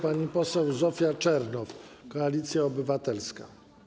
Pani poseł Zofia Czernow, Koalicja Obywatelska.